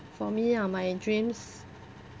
for me ah my dreams